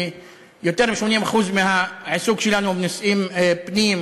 יותר מ-80% מהעיסוק שלנו הוא בנושאי פנים,